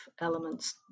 elements